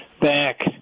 back